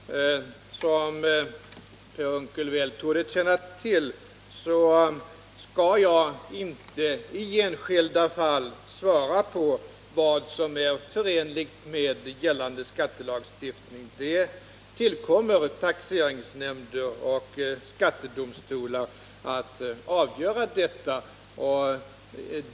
Herr talman! Som Per Unckel väl torde känna till skall jag inte i enskilda fall svara på vad som är förenligt med gällande skattelagstiftning. Det tillkommer taxeringsnämnder och skattedomstolar att avgöra detta.